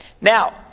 now